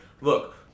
Look